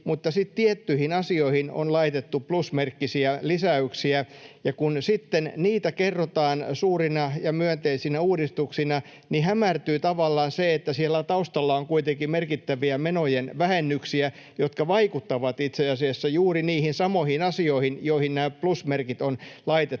tiettyihin asioihin on laitettu plusmerkkisiä lisäyksiä, ja kun sitten niitä kerrotaan suurina ja myönteisinä uudistuksina, niin hämärtyy tavallaan se, että siellä taustalla on kuitenkin merkittäviä menojen vähennyksiä, jotka vaikuttavat itse asiassa juuri niihin samoihin asioihin, joihinka nämä plusmerkit on laitettu.